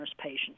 patient